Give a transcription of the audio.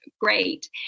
great